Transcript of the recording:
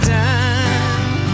time